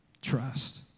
Trust